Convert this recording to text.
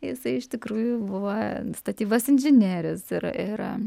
jisai iš tikrųjų buvo statybos inžinierius ir ir